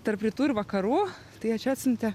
tarp rytų ir vakarų tai jie čia atsiuntė